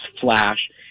Flash